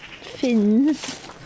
Fins